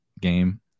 game